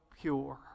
pure